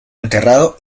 enterrado